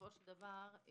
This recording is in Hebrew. בסופו של דבר במקום